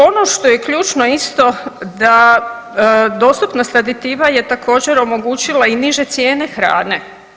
Ono što je ključno isto da dostupnost aditiva je također omogućila i niže cijene hrane.